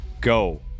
go